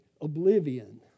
oblivion